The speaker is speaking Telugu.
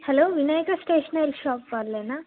హలో వినాయక స్టేషనరీ షాప్ వాళ్ళేనా